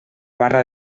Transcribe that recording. barra